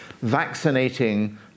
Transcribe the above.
vaccinating